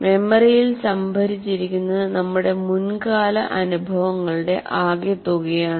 മെമ്മറിയിൽ സംഭരിച്ചിരിക്കുന്നത് നമ്മുടെ മുൻകാല അനുഭവങ്ങളുടെ ആകെത്തുകയാണ്